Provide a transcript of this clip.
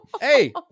hey